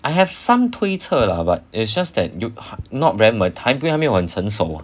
I have some 推测 lah but it's just that you not ram or 谈归还没有很成熟